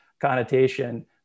connotation